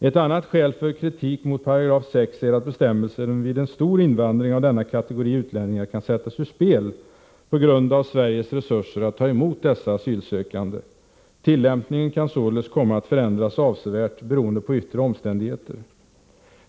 Ett annat skäl för kritik mot 6 § är att bestämmelsen vid en stor invandring av denna kategori utlänningar kan sättas ur spel på grund av Sveriges resurser att ta emot dessa asylsökande. Tillämpningen kan således komma att förändras avsevärt beroende på yttre omständigheter.